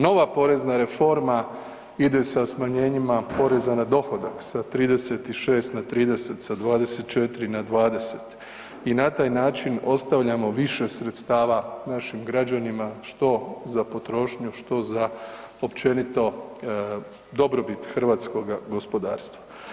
Nova porezna reforma ide sa smanjenjima poreza na dohodak sa 36 na 30, sa 24 na 20 i na taj način ostavljamo više sredstava našim građanima što za potrošnju što za općenito dobrobit hrvatskoga gospodarstva.